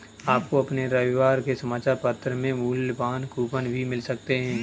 आपको अपने रविवार के समाचार पत्र में मूल्यवान कूपन भी मिल सकते हैं